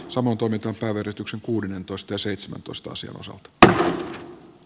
samoin toinen tapa verotuksen kuudennentoista seitsemäntoista sivu suun d e